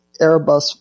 Airbus